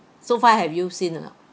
so far have you seen or not